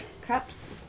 cups